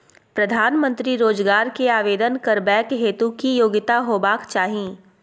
प्रधानमंत्री रोजगार के आवेदन करबैक हेतु की योग्यता होबाक चाही?